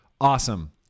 Awesome